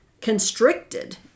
constricted